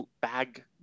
bag